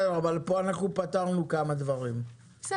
פה פטרנו כמה דברים,